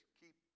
keep